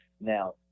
Now